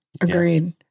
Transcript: Agreed